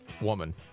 woman